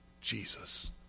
Jesus